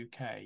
UK